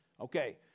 Okay